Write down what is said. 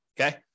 okay